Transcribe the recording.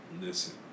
Listen